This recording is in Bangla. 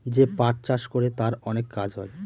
যে পাট চাষ করে তার অনেক কাজ হয়